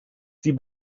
sie